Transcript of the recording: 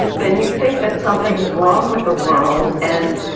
then you think that something is wrong with the world and,